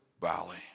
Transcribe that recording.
valley